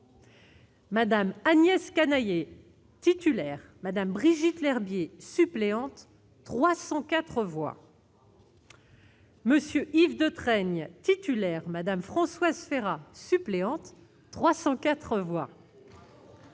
Mme Agnès Canayer, titulaire, et Mme Brigitte Lherbier, suppléante, 304 voix ; M. Yves Détraigne, titulaire, et Mme Françoise Férat, suppléante, 304 voix